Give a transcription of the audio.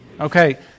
Okay